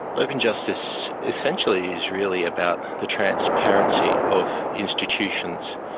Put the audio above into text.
open justice essentially is really about the transparency of institutions.